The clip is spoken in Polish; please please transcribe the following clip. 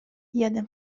jadę